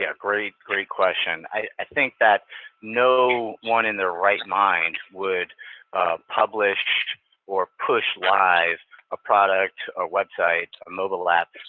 great, great question. i think that no one in their right mind would publish or push live a product or a website, a mobile app,